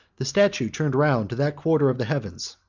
the statue turned round to that quarter of the heavens,